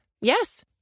Yes